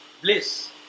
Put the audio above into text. bliss